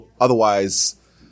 otherwise